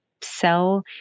sell